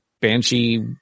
banshee